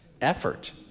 effort